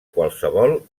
qualsevol